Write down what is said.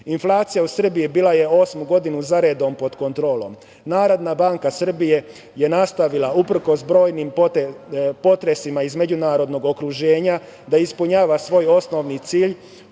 privrede. Inflacija u Srbiji bila je osmu godinu zaredom pod kontrolom. Narodna banka Srbije je nastavila, uprkos brojnim potresima iz međunarodnog okruženja, da ispunjava svoj osnovni cilj